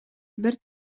бэрт